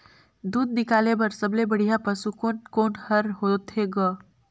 दूध निकाले बर सबले बढ़िया पशु कोन कोन हर होथे ग?